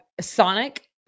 Sonic